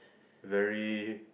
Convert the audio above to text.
very